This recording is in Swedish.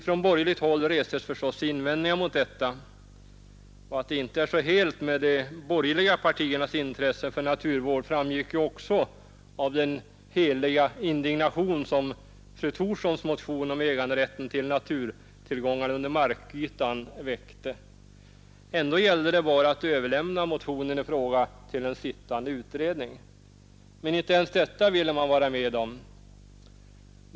Från borgerligt håll restes förstås invändningar mot detta. Att det inte är så helt med de borgerliga partiernas intresse för naturvård framgick också av den heliga indignation som fru Thorssons motion om äganderätten till naturtillgångar under markytan väckte. Ändå gällde det bara att överlämna motionen i fråga till en sittande utredning. Men inte ens detta ville man vara med om.